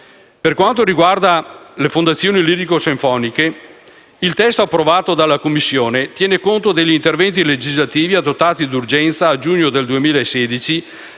Per quanto riguarda le fondazioni lirico-sinfoniche, il testo approvato dalla Commissione tiene conto degli interventi legislativi adottati d'urgenza a giugno del 2016